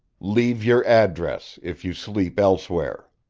leave your address if you sleep elsewhere.